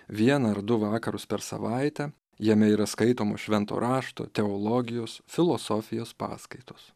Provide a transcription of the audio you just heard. vieną ar du vakarus per savaitę jame yra skaitomos švento rašto teologijos filosofijos paskaitos